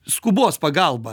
skubos pagalba